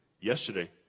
Yesterday